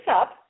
up